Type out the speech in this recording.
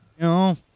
No